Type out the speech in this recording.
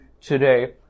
today